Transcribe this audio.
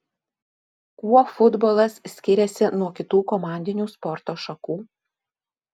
kuo futbolas skiriasi nuo kitų komandinių sporto šakų